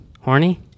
horny